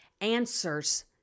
answers